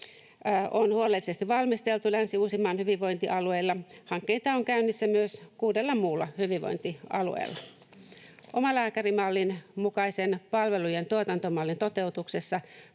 on huolellisesti valmisteltu Länsi-Uudenmaan hyvinvointialueella. Hankkeita on käynnissä myös kuudella muulla hyvinvointialueella. Omalääkärimallin mukaisen palvelujen tuotantomallin toteutuksessa